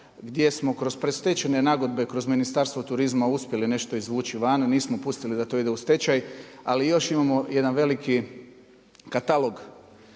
gdje smo kroz predstečajne nagodbe, kroz Ministarstvo turizma uspjeli nešto izvući van, nismo pustili da to ide u stečaj, ali još imamo jedan veliki katalog